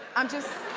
i'm just,